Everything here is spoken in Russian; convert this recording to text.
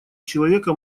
человека